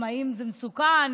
האם זה מסוכן?